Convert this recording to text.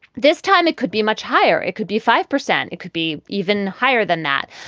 this time, it could be much higher. it could be five percent. it could be even higher than that.